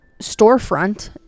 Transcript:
storefront